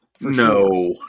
No